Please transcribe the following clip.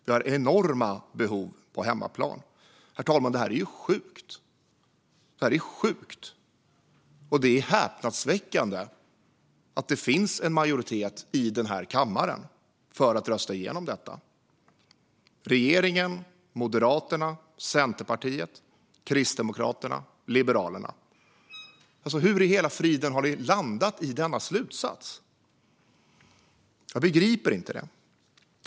Vi har enorma behov på hemmaplan. Herr talman! Det här är ju sjukt. Det är sjukt, och det är häpnadsväckande att det finns en majoritet i den här kammaren för att rösta igenom detta. Regeringen, Moderaterna, Centerpartiet, Kristdemokraterna och Liberalerna! Hur i hela friden har ni landat i denna slutsats? Jag begriper inte det.